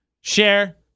Share